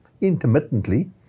intermittently